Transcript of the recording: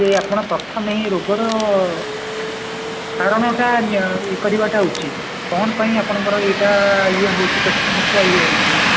ଯେ ଆପଣ ପ୍ରଥମେ ଏହି ରୋଗର କାରଣଟା ଇଏ କରିବାଟା ଉଚିତ୍ କ'ଣ ପାଇଁ ଆପଣଙ୍କର ଏଇଟା ଇଏ ହେଉଛି ପେଟ ସମସ୍ୟା ଇଏ ହେଉଛି